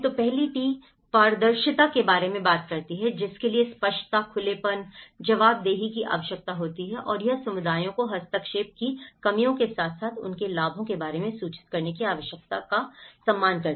पहली टी पारदर्शिता के बारे में बात करती है जिसके लिए स्पष्टता खुलेपन जवाबदेही की आवश्यकता होती है और यह समुदायों को हस्तक्षेप की कमियों के साथ साथ उनके लाभों के बारे में सूचित करने की आवश्यकता का सम्मान करती है